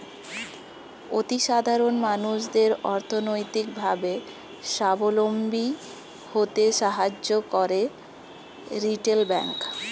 অতি সাধারণ মানুষদের অর্থনৈতিক ভাবে সাবলম্বী হতে সাহায্য করে রিটেল ব্যাংক